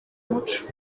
umuco